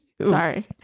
Sorry